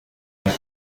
amwe